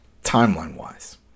Timeline-wise